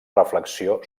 reflexió